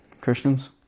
Christians